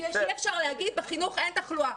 אי-אפשר להגיד: בחינוך אין תחלואה.